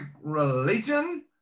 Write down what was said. religion